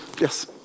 Yes